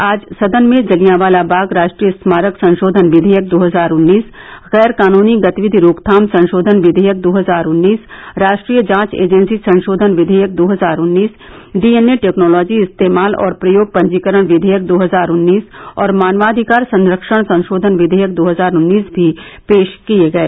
आज सदन में जलियांवाला बाग राष्ट्रीय स्मारक संशोधन विधेयक दो हजार उन्नीस गैर कानूनी गतिविधि रोकथाम संशोधन विधेयक दो हजार उन्नीस राष्ट्रीय जांच एजेंसी संशोधन विधेयक दो हजार उन्नीस डी एन ए टेक्नॉलोजी इस्तेमाल और प्रयोग पंजीकरण विधेयक दो हजार उन्नीस और मानवाधिकार संरक्षण संशोधन विधेयक दो हजार उन्नीस भी पेश किये गये